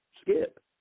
skip